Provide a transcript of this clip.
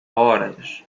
horas